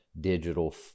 digital